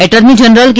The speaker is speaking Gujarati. એટર્ની જનરલ કે